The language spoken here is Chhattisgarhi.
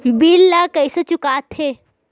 बिल ला कइसे चुका थे